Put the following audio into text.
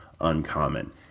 uncommon